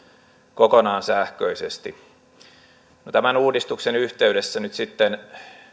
kokonaan sähköisesti tämän uudistuksen yhteydessä nyt sitten